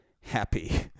happy